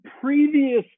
previous